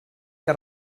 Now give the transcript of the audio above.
que